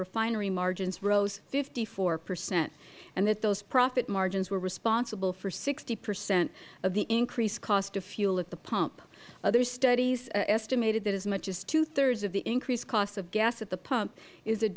refinery margins rose fifty four percent and that those profit margins were responsible for sixty percent of the increased cost of fuel at the pump other studies estimated that as much as two thirds of the increased cost of gas at the pump is a